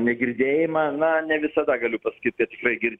negirdėjimą na ne visada galiu pasakyt kad tikrai girdi